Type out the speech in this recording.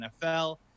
NFL